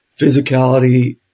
physicality